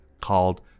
called